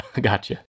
Gotcha